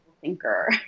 thinker